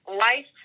life